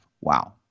Wow